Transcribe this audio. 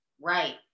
right